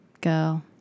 girl